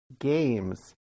Games